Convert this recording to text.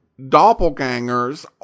doppelgangers